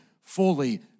fully